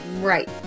Right